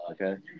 okay